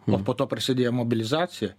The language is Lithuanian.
o po to prasidėjo mobilizacija